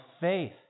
faith